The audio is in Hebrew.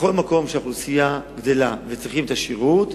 בכל מקום שהאוכלוסייה גדלה וצריכה את השירות,